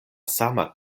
sama